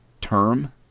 term